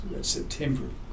September